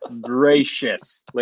gracious